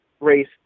race